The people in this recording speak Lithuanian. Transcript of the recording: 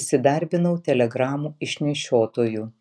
įsidarbinau telegramų išnešiotoju